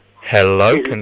Hello